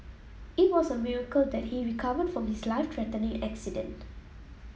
it was a miracle that he recovered from his life threatening accident